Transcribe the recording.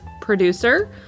producer